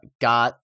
got